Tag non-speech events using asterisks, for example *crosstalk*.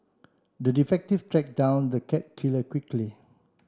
the *unintelligible* tracked down the cat killer quickly